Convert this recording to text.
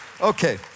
Okay